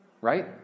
Right